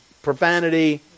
profanity